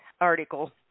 article